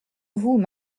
vous